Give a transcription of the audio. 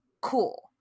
cool